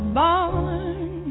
born